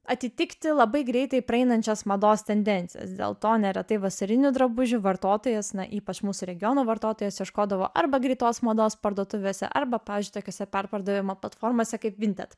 atitikti labai greitai praeinančios mados tendencijas dėl to neretai vasarinių drabužių vartotojas na ypač mūsų regiono vartotojas ieškodavo arba greitos mados parduotuvėse arba pavyzdžiui tokiose perpardavimo platformose kaip vinted